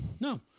no